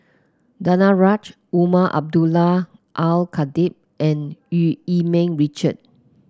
Danaraj Umar Abdullah Al Khatib and Eu Yee Ming Richard